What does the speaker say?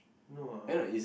no ah